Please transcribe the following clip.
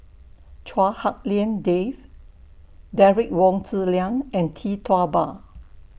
Chua Hak Lien Dave Derek Wong Zi Liang and Tee Tua Ba